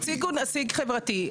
הוסיפו נציג חברתי.